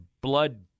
blood